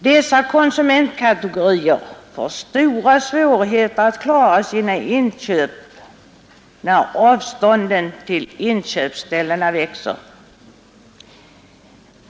Dessa konsumentkategorier får stora svårigheter att klara av sina inköp när avstånden till inköpsställena växer.